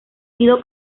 sido